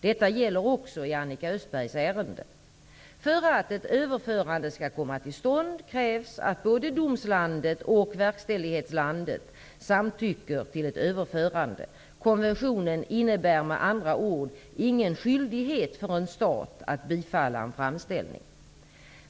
Detta gäller också i Annika Östbergs ärende. För att ett överförande skall komma till stånd krävs att både domslandet och verkställighetslandet samtycker till ett överförande. Konventionen innebär med andra ord ingen skyldighet för en stat att bifalla en framställning.